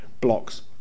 blocks